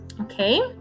Okay